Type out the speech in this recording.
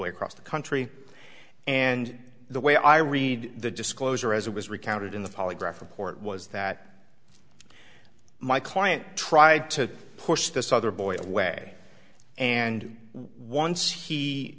way across the country and the way i read the disclosure as it was recounted in the polygraph report was that my client tried to push this other boy away and once he